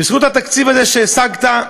בזכות התקציב הזה שהשגת,